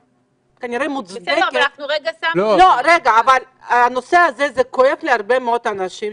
הנושא הזה כואב להרבה מאוד אנשים.